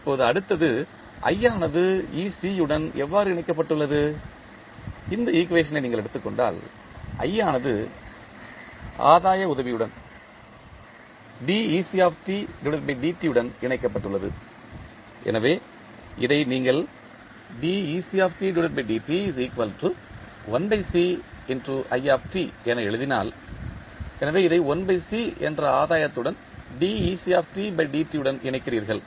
இப்போது அடுத்தது ஆனது உடன் எவ்வாறு இணைக்கப்பட்டுள்ளது இந்த ஈக்குவேஷன் ஐ நீங்கள் எடுத்துக் கொண்டால் ஆனது ஆதாய உதவியுடன் உடன் இணைக்கப்பட்டுள்ளது எனவே இதை நீங்கள் என எழுதினால் எனவே இதை என்ற ஆதாயத்துடன் உடன் இணைக்கிறீர்கள்